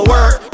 Work